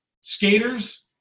skaters